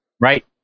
Right